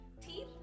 Teeth